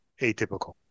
atypical